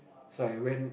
so I went